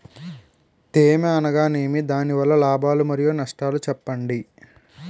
తేమ అనగానేమి? దాని వల్ల లాభాలు మరియు నష్టాలను చెప్పండి?